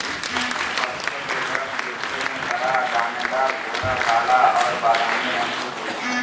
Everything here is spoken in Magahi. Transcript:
फॉस्फेट उर्वरक दिखे में कड़ा, दानेदार, भूरा, काला और बादामी रंग के होबा हइ